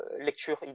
lecture